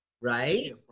Right